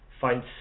find